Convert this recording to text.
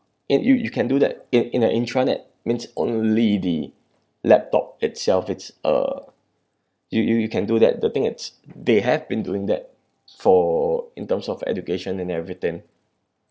it you you can do that in an intranet means only the laptop itself it's uh you you you can do that the thing it's they have been doing that for in terms of education and everything